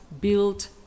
built